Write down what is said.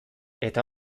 eta